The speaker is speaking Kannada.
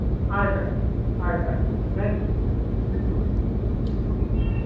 ಆಯ್ತು ಆಯ್ತು ಆಯ್ತು ಆಯ್ತು ತ್ಯಾಂಕ್ಸ್ ಇಡ್ತೀನಿ ಮೇಡಮ್ ಓಕೆ